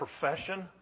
profession